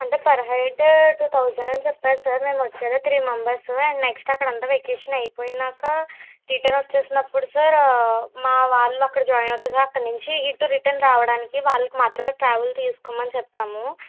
అంటే per head two thousand అని చెప్పాడు సార్ మెమొచ్చేదే త్రీ మెంబర్స్ అండ్ నెక్స్ట్ అక్కడంతా వెకేషన్ అయిపోయాక రిటర్న్ వచ్చేసినప్పుడు సార్ మా వాళ్ళు అక్కడ జాయిన్ అవుతారు సార్ అక్కడినుంచి ఇటు రిటర్న్ రావడానికి వాళ్ళుకి మాత్రమే ట్రావెల్ తీసుకోమని చెప్పాము